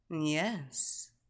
Yes